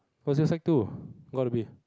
was your sec two gotta be